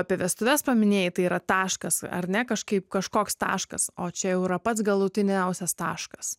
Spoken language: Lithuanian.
apie vestuves paminėjai tai yra taškas ar ne kažkaip kažkoks taškas o čia jau yra pats galutiniausias taškas